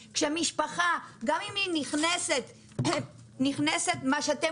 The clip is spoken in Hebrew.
כשמשפחה גם אם היא נכנסת מה שאתם